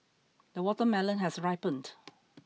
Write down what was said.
the watermelon has ripened